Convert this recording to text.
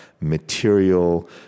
material